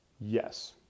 yes